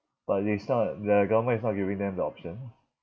but they start their government is not giving them the option